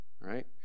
Right